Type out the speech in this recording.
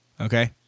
Okay